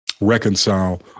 reconcile